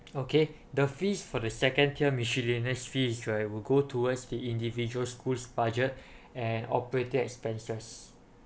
okay the fees for the second tier miscellaneous fees right will go towards the individual schools budget and operating expenses